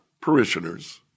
Parishioners